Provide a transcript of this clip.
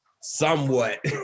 somewhat